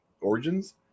origins